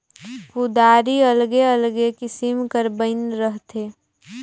कुदारी अलगे अलगे किसिम कर बइन रहथे